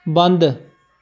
ਬੰਦ